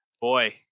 Boy